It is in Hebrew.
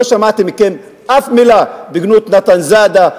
לא שמעתי מכם אף מלה בגנות נתן זאדה,